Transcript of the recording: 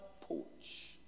porch